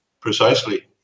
Precisely